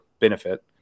benefit